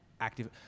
active